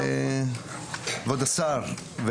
כבוד השר,